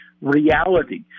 reality